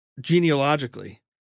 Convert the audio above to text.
genealogically